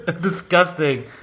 disgusting